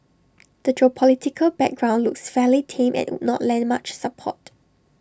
the geopolitical backdrop looks fairly tame and would not lend much support